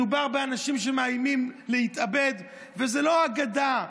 מדובר באנשים שמאיימים להתאבד, וזה לא אגדה.